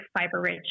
fiber-rich